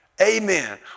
Amen